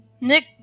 Nick